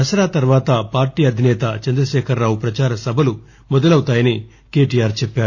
దసరా తరువాత పార్టీ అధినేత చంద్రశేఖర్ ప్రచార సభలు మొదలవుతాయని కేటీఆర్ చెప్పారు